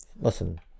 Listen